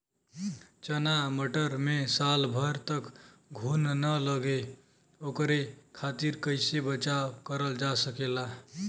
चना मटर मे साल भर तक घून ना लगे ओकरे खातीर कइसे बचाव करल जा सकेला?